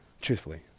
Truthfully